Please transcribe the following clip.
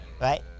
Right